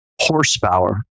horsepower